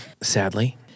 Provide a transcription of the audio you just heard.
Sadly